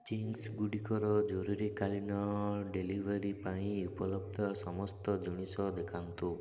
Ching's ଗୁଡ଼ିକର ଜରୁରୀକାଳୀନ delivery ପାଇଁ ଉପଲବ୍ଧ ସମସ୍ତ ଜିନିଷ ଦେଖାନ୍ତୁ